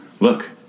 Look